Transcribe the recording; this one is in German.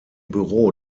büro